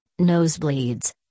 nosebleeds